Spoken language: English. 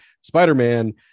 Spider-Man